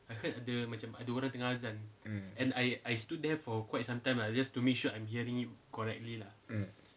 mm mm